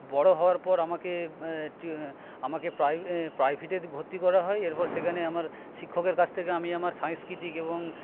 বড় হওয়ার পর আমাকে আমাকে প্রাইভেট প্রাইভেটে ভর্তি করা হয় এরপর সেখানে আমার শিক্ষকের কাছ থেকে আমি আমার সাংস্কৃতিক এবং